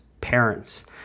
parents